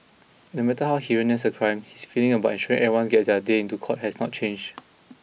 and no matter how heinous the crime his feeling about ensuring everyone gets their day into court has not changed